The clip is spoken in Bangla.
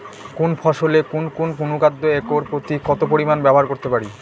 কোন ফসলে কোন কোন অনুখাদ্য একর প্রতি কত পরিমান ব্যবহার করতে পারি?